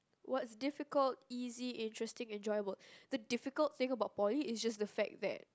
what's difficult easy interesting enjoyable the difficult thing about poly is just the fact that